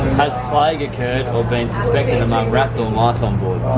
has plague occurred or been suspected among rats or mice onboard?